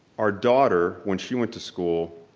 our daughter when she went to school,